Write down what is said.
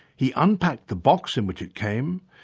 he unpacked the box in which it came,